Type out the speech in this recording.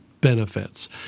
benefits